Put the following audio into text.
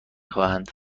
خواهند